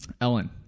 Ellen